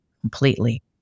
completely